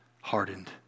hardened